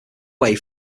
way